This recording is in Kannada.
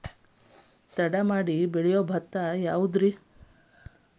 ತಡವಾಗಿ ಬೆಳಿಯೊ ಭತ್ತ ಯಾವುದ್ರೇ?